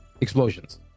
Explosions